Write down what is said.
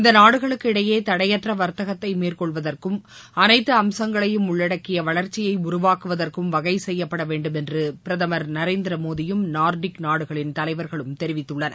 இந்த நாடுகளுக்கு இடையே தடையற்ற வர்த்தகத்தை மேற்கொள்வதற்கும் அனைத்து அம்சங்களையும் உள்ளடக்கிய வளர்ச்சியை உருவாக்குவதற்கும் வகை செய்யப்பட வேண்டும் என்று பிரதமர் நரேந்திரமோடியும் நார்டிக் நாடுகளின் தலைவர்களும் தெரிவித்துள்ளனர்